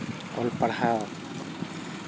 ᱚᱞ ᱯᱟᱲᱦᱟᱣ